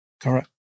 Correct